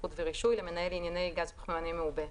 (בטיחות ורישוי) למנהל לענייני גז פחמימני מעובה,